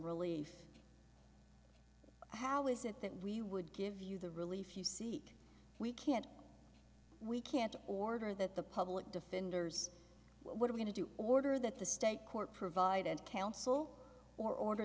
relief how is it that we would give you the relief you seek we can't we can't order that the public defender's what are we to do order that the state court provide and counsel or order